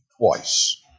twice